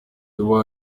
you